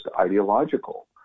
ideological